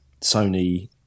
sony